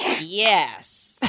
Yes